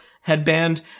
headband